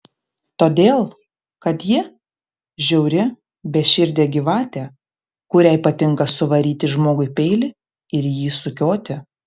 todėl kad ji žiauri beširdė gyvatė kuriai patinka suvaryti žmogui peilį ir jį sukioti